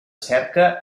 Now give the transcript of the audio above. cerca